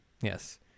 Yes